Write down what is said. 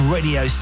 Radio